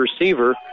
receiver